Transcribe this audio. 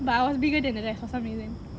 but I was bigger than the rest for some reason